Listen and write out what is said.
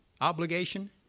obligation